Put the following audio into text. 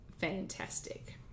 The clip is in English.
fantastic